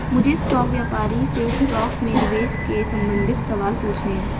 मुझे स्टॉक व्यापारी से स्टॉक में निवेश के संबंधित सवाल पूछने है